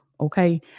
Okay